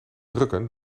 drukken